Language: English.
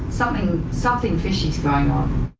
something. something fishy is going on.